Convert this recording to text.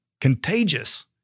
contagious